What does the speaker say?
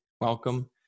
Welcome